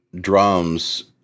drums